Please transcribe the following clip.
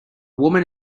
woman